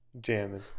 jamming